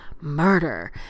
murder